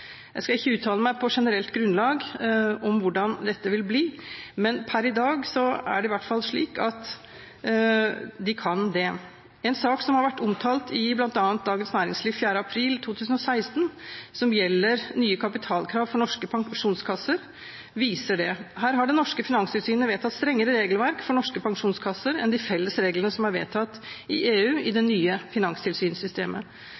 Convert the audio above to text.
Jeg skal ikke uttale meg på generelt grunnlag om hvordan dette vil bli, men per i dag er det i hvert fall slik at de kan det. En sak som har vært omtalt i bl.a. Dagens Næringsliv den 4. april 2016, som gjelder nye kapitalkrav for norske pensjonskasser, viser det. Her har det norske finanstilsynet vedtatt strengere regelverk for norske pensjonskasser enn de felles reglene som er vedtatt i EU